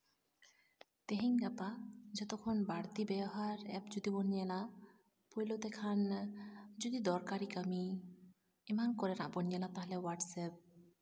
ᱛᱮᱦᱤᱧ ᱜᱟᱯᱟ ᱡᱚᱛᱚ ᱠᱷᱚᱱ ᱵᱟᱹᱲᱛᱤ ᱵᱮᱣᱦᱟᱨ ᱮᱯ ᱡᱩᱫᱤ ᱵᱚᱱ ᱧᱮᱞᱟ ᱯᱳᱭᱞᱳ ᱛᱮᱠᱷᱟᱱ ᱡᱩᱫᱤ ᱫᱚᱨᱠᱟᱨᱤ ᱠᱟᱹᱢᱤ ᱮᱢᱟᱱ ᱠᱚᱨᱮᱱᱟᱜ ᱵᱚᱱ ᱧᱮᱞᱟ ᱛᱟᱦᱞᱮ ᱦᱳᱴᱟᱥᱥᱮᱯ